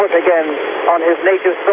again on his native